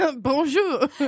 Bonjour